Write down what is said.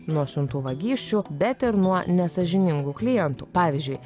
nuo siuntų vagysčių bet ir nuo nesąžiningų klientų pavyzdžiui